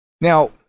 Now